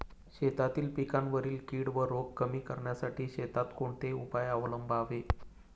शेतातील पिकांवरील कीड व रोग कमी करण्यासाठी शेतात कोणते उपाय अवलंबावे?